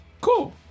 Cool